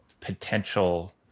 potential